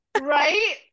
Right